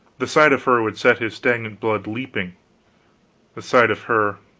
the sight of her would set his stagnant blood leaping the sight of her